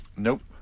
Nope